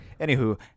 anywho